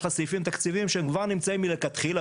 לך סעיפים תקציבים והם נמצאים מלכתחילה